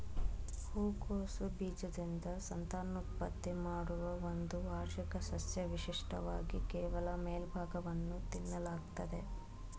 ಹೂಕೋಸು ಬೀಜದಿಂದ ಸಂತಾನೋತ್ಪತ್ತಿ ಮಾಡುವ ಒಂದು ವಾರ್ಷಿಕ ಸಸ್ಯ ವಿಶಿಷ್ಟವಾಗಿ ಕೇವಲ ಮೇಲ್ಭಾಗವನ್ನು ತಿನ್ನಲಾಗ್ತದೆ